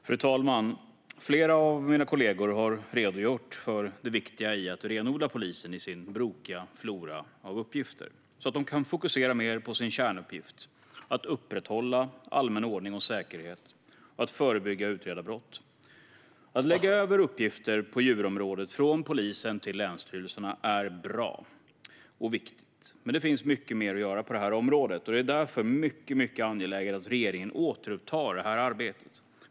Fru talman! Flera av mina kollegor har redogjort för det viktiga i att renodla polisens brokiga flora av uppgifter så att den kan fokusera mer på sin kärnuppgift: att upprätthålla allmän ordning och säkerhet och att förebygga och utreda brott. Att lägga över uppgifter på djurområdet från polisen till länsstyrelserna är bra och viktigt, men det finns mycket mer att göra på detta område. Det är därför mycket angeläget att regeringen återupptar detta arbete.